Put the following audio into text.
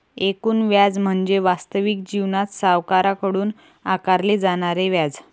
एकूण व्याज म्हणजे वास्तविक जीवनात सावकाराकडून आकारले जाणारे व्याज